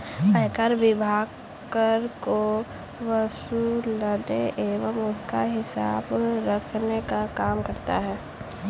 आयकर विभाग कर को वसूलने एवं उसका हिसाब रखने का काम करता है